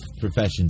profession